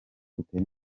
utere